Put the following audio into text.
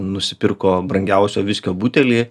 nusipirko brangiausio viskio butelį